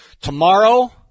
Tomorrow